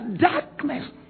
darkness